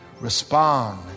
Respond